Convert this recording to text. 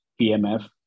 PMF